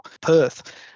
Perth